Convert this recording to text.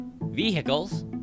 Vehicles